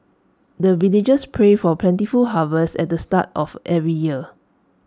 the villagers pray for plentiful harvest at the start of every year